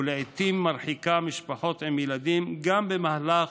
ולעיתים מרחיקה משפחות עם ילדים גם במהלך